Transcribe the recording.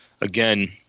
again